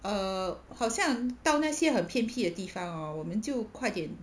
err 好像到那些很偏僻的地方 hor 我们就快点